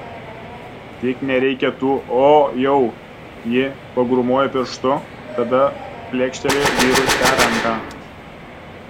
tik nereikia tų o jau ji pagrūmojo pirštu tada plekštelėjo vyrui per ranką